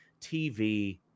TV